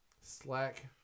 slack